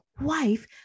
wife